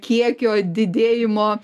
kiekio didėjimo